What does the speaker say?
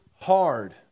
hard